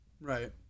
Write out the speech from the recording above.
Right